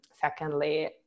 secondly